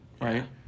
right